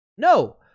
No